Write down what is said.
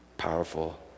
powerful